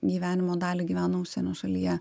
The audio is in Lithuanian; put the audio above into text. gyvenimo dalį gyveno užsienio šalyje